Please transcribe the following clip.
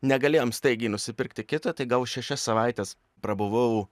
negalėjom staigiai nusipirkti kito tai gal šešias savaites prabuvau